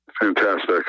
Fantastic